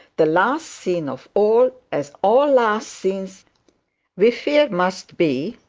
the last scene of all, as all last scenes we fear must be